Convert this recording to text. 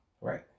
Right